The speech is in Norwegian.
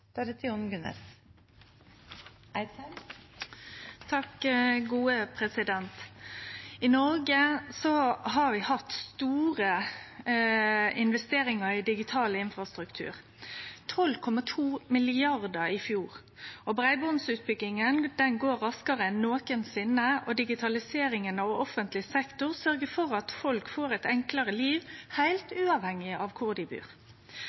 I Noreg har vi hatt store investeringar i digital infrastruktur: 12,2 mrd. kr i fjor. Breibandsutbygginga går raskare enn nokon gong, og digitaliseringa av offentleg sektor sørgjer for at folk får eit enklare liv, heilt uavhengig av kvar dei bur.